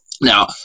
now